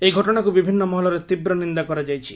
ଏହି ଘଟଣାକୁ ବିଭିନୁ ମହଲରେ ତୀବ୍ ନିନ୍ଦା କରାଯାଇଛି